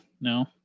No